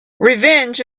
revenge